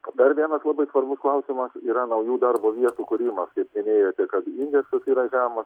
dar vienas labai svarbus klausimas yra naujų darbo vietų kūrimas kaip minėjote kaf indeksas yra žemas